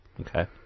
Okay